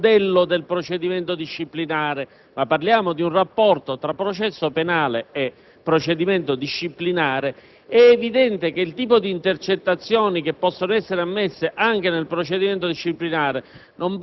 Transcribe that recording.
disciplinare, è evidente che la tipologia di intercettazioni che possono essere ammesse anche nel procedimento disciplinare